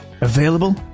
Available